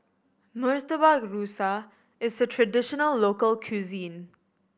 Murtabak Rusa is a traditional local cuisine